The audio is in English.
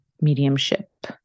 mediumship